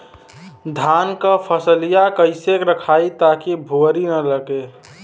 धान क फसलिया कईसे रखाई ताकि भुवरी न लगे?